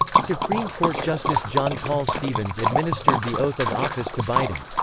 supreme court justice john paul stevens administered the oath of office to biden.